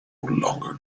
longer